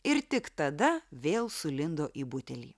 ir tik tada vėl sulindo į butelį